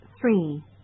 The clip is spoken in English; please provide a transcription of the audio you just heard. Three